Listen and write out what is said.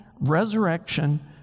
resurrection